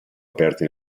aperto